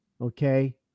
Okay